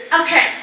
okay